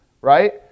right